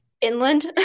inland